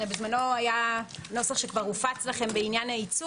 בזמנו היה נוסח שכבר הופץ לכם בעניין הייצוא